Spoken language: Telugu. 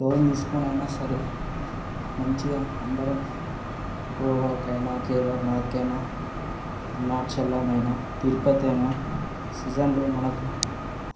లోన్ తీసుకొని అయిన సరే మంచిగా అందరం గోవాకి అయిన కేదార్నాథ్కి అయిన అరుణాచలం అయిన తిరుపతి అయిన సీజన్లో మనకు